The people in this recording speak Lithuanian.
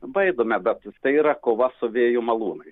baidome bet tai yra kova su vėjo malūnais